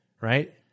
right